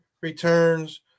returns